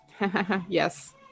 Yes